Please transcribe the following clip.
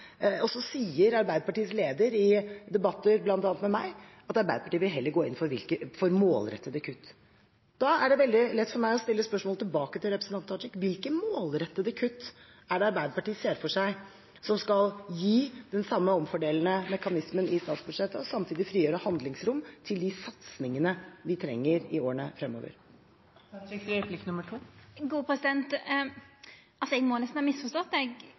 og så sier Arbeiderpartiets leder i debatter bl.a. med meg at Arbeiderpartiet heller vil gå inn for målrettede kutt. Da er det veldig lett for meg å stille spørsmålet tilbake til representanten Tajik: Hvilke målrettede kutt er det Arbeiderpartiet ser for seg som skal gi den samme omfordelende mekanismen i statsbudsjettet og samtidig frigjøre handlingsrom til de satsingene vi trenger i årene fremover? Eg må nesten ha misforstått.